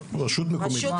רשות מקומית.